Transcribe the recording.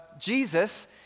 Jesus